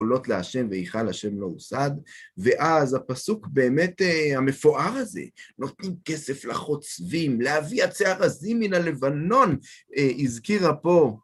קולות לאשם ואיכה לאשם לא עושד, ואז הפסוק באמת המפואר הזה, נותנים כסף לחוצבים, להביא עצי ארזים מן הלבנון, הזכירה פה